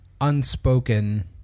unspoken